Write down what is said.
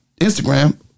Instagram